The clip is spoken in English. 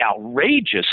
outrageous